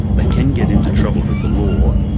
they can get into trouble with the law,